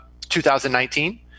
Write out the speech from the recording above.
2019